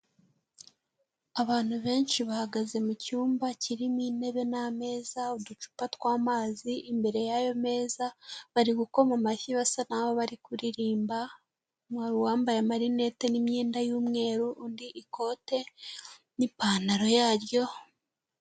Abantu benshi bahagaze mu cyumba kirimo intebe n'ameza, uducupa tw'amazi imbere y'ayo meza, bari gukoma amashyi basa naho bari kuririmba, hari uwambaye amarinete n'imyenda y'umweru, undi ikote n'ipantaro yaryo.